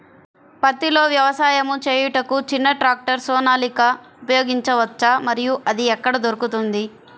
పత్తిలో వ్యవసాయము చేయుటకు చిన్న ట్రాక్టర్ సోనాలిక ఉపయోగించవచ్చా మరియు అది ఎక్కడ దొరుకుతుంది?